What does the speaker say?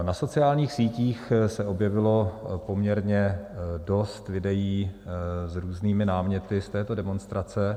Na sociálních sítích se objevilo poměrně dost videí s různými náměty z této demonstrace.